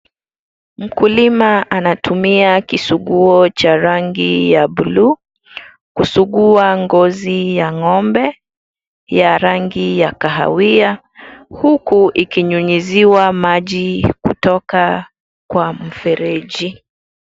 Mkulima anatumia kisuguo cha rangi ya buluu kusugua ngozi ya ng'ombe ya rangi ya kahawia, huku ikinyunyiziwa maji kutoka kwa mfereji.